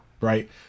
right